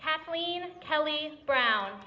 kathleen kelly brown